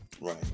right